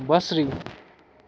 بصری